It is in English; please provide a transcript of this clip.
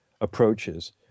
approaches